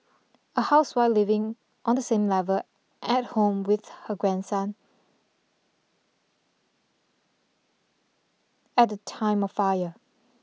a housewife living on the same level at home with her grandson at the time of fire